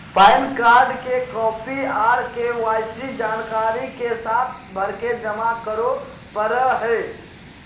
pan card के copy आर KYC जानकारी के साथ भरके जमा करो परय हय